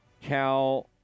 Cal